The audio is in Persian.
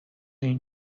این